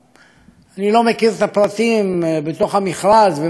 אני לא מכיר את הפרטים בתוך המכרז ומה קרה בדיוק,